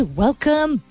welcome